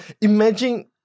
Imagine